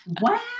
wow